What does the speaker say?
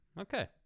Okay